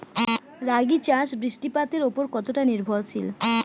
রাগী চাষ বৃষ্টিপাতের ওপর কতটা নির্ভরশীল?